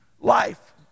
life